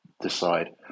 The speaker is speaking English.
decide